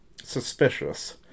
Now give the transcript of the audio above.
suspicious